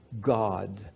God